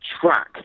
track